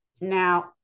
Now